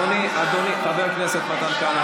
אדוני חבר הכנסת מתן כהנא,